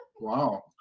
Wow